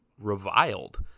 reviled